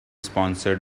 sponsored